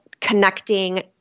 connecting